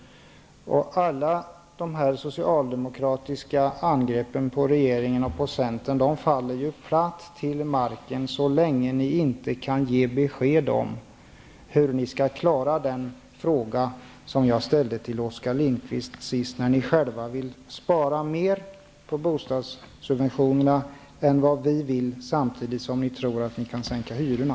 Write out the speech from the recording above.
Alla era angrepp på regeringen och centern faller platt till marken, så länge ni socialdemokrater inte kan ge besked om hur ni skall klara den fråga som jag ställde till Oskar Lindkvist, när ni själva vill spara mer på bostadssubventionerna än vi vill, samtidigt som ni tror att ni kan sänka hyrorna.